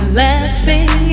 laughing